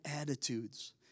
attitudes